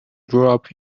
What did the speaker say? drop